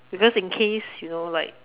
because in case you know like